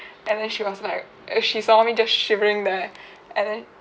and then she was like uh she saw me just shivering there and then